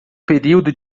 período